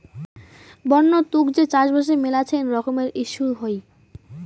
বন্য তুক যে চাষবাসে মেলাছেন রকমের ইস্যু হই